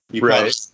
Right